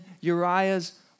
Uriah's